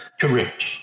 Correct